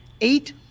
Eight